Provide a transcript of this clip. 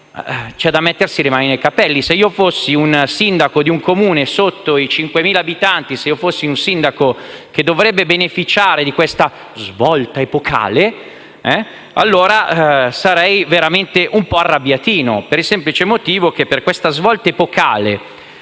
c'è da mettersi le mani nei capelli. Se io fossi un sindaco di un Comune sotto i 5.000 abitanti o se fossi un sindaco che dovesse beneficiare di questa svolta epocale, sarei un po' arrabbiato, per il semplice motivo che questa svolta epocale,